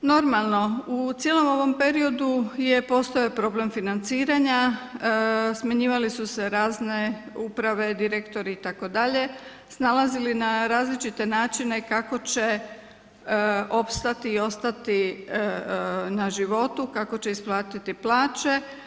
Normalno, u cijelom ovom periodu je postojao problem financiranja, smanjivale su se razne uprave, direktori itd. snalazili na različite načine kako će opstati i ostati na životu, kako će isplatiti plaće.